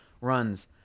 runs